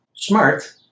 Smart